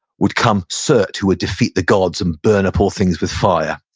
would come surtr, who would defeat the gods and burn up all things with fire.